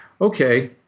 okay